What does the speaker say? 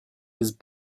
his